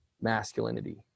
masculinity